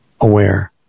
aware